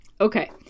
Okay